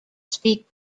speak